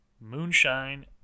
Moonshine